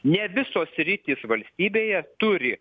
ne visos sritys valstybėje turi